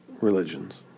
religions